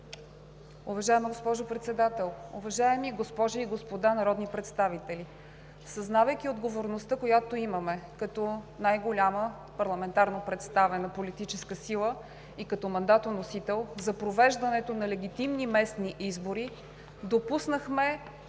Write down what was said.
Уважаема госпожо Председател, уважаеми госпожи и господа народни представители! Съзнавайки отговорността, която имаме като най-голяма парламентарно представена политическа сила и като мандатоносител за провеждането на легитимни местни избори, допуснахме